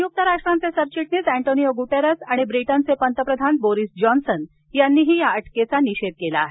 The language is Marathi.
संयुक्त राष्ट्रांचे सरचिटणीस अँटोनियो गुटेरेस आणि ब्रिटनचे पंतप्रधान बोरिस जॉन्सन यांनी या अटकेचा निषेध केला आहे